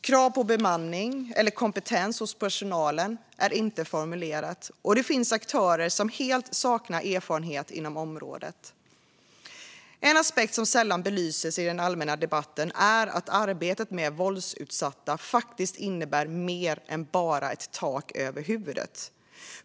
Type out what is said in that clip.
Krav på bemanning eller kompetens hos personalen är inte formulerat, och det finns aktörer som helt saknar erfarenhet inom området. En aspekt som sällan belyses i den allmänna debatten är att arbetet med våldsutsatta faktiskt innebär mer än bara tak över huvudet.